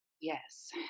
Yes